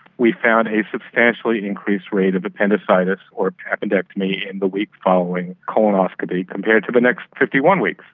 we found a substantially increased rate of appendicitis or appendectomy in the week following colonoscopy compared to the next fifty one weeks.